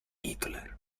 hitler